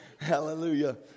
Hallelujah